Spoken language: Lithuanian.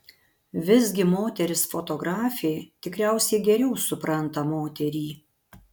visgi moteris fotografė tikriausiai geriau supranta moterį